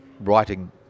writing